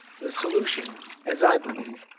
the solution, as i believe,